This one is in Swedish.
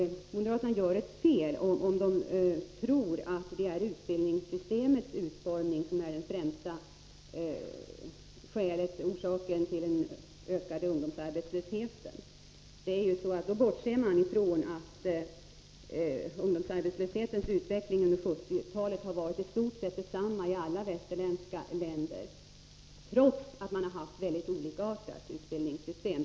Moderaterna gör ett fel om de tror att det är utbildningssystemets utformning som är den främsta orsaken till ökningen av ungdomsarbetslösheten. Man bortser då ifrån att ungdomsarbetslöshetens utveckling under 1970-talet har varit i stort sett densamma i alla västerländska länder, trots att man har mycket olikartade utbildningssystem.